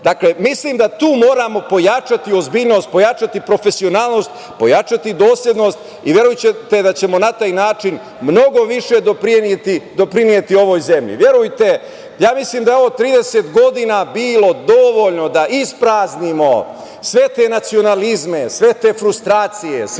Dakle, mislim da tu moramo pojačati ozbiljnost, pojačati profesionalnost, pojačati doslednost i verujte da ćemo na taj način mnogo više doprineti ovoj zemlji. Verujem, ja mislim da je 30 godina bilo dovoljno da ispraznimo sve te nacionalizme, sve te frustracije,